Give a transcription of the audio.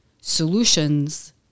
solutions